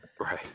Right